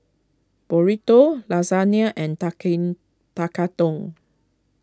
Burrito Lasagne and Tekkadon